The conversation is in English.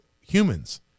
humans